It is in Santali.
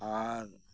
ᱟᱨ